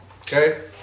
Okay